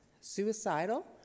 suicidal